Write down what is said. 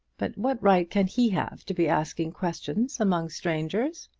but what right can he have to be asking questions among strangers?